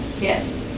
yes